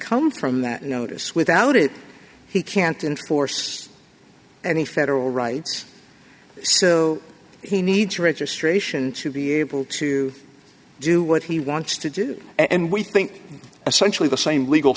come from that notice without it he can't inforce any federal rights so he needs registration to be able to do what he wants to do and we think essentially the same legal